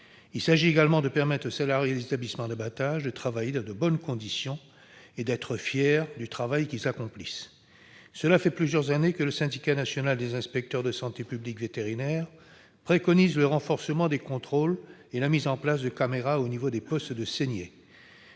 Il s'agit également de permettre aux salariés des établissements d'abattage de travailler dans de bonnes conditions et d'être fiers du travail qu'ils accomplissent. Cela fait plusieurs années que le Syndicat national des inspecteurs en santé publique vétérinaire préconise le renforcement des contrôles et la mise en place de caméras au niveau des postes de saignée.